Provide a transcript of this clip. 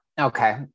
okay